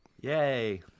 Yay